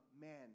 man